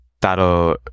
that'll